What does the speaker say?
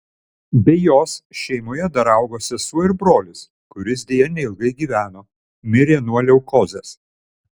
be jos šeimoje dar augo sesuo ir brolis kuris deja neilgai gyveno mirė nuo leukozės